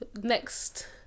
next